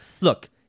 look